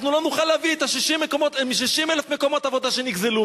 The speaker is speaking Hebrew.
אנחנו לא נוכל להביא את 60,000 מקומות העבודה שנגזלו.